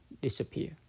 disappear